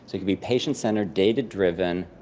it can be patient-centered, data-driven,